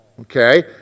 Okay